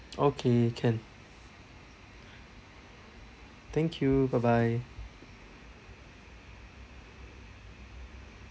okay can thank you bye bye